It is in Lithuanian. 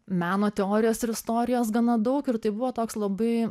meno teorijos ir istorijos gana daug ir tai buvo toks labai